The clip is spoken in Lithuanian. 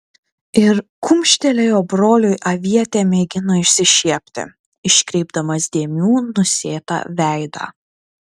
ir kumštelėjo broliui avietė mėgino išsišiepti iškreipdamas dėmių nusėtą veidą